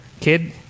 kid